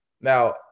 Now